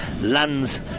lands